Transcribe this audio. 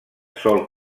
sol